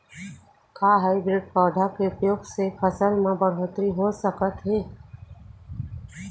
का हाइब्रिड पौधा के उपयोग से फसल म बढ़होत्तरी हो सकत हे?